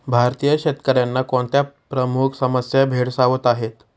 भारतीय शेतकऱ्यांना कोणत्या प्रमुख समस्या भेडसावत आहेत?